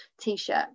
t-shirt